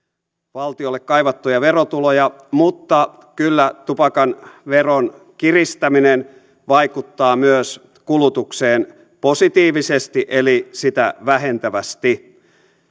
valtiolle kaivattuja verotuloja mutta kyllä tupakan veron kiristäminen vaikuttaa myös kulutukseen positiivisesti eli sitä vähentävästi